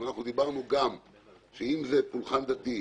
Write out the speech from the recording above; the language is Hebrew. אבל דיברנו גם שאם זה פולחן דתי